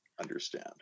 understand